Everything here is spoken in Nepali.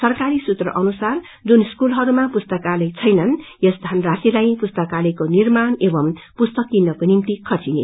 सरकारी सूत्र अनुसार जुन स्कूलहरूमा पुस्ताकलय छेन यस धनराशिलाई पुस्तकालयको निर्माण एवं पुस्तक किन्नको निम्ति खर्च गरिने